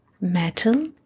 metal